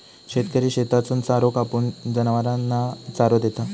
शेतकरी शेतातसून चारो कापून, जनावरांना चारो देता